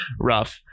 rough